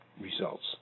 results